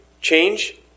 change